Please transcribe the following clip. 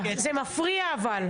מפריע.